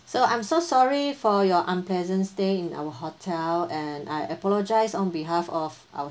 so I'm so sorry for your unpleasant stay in our hotel and I apologise on behalf of our